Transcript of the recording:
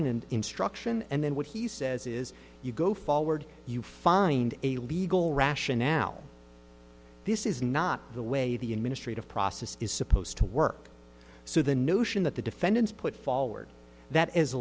an instruction and then what he says is you go forward you find a legal rationale this is not the way the administrative process is supposed to work so the notion that the defendants put forward that as